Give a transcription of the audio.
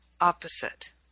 opposite